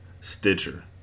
Stitcher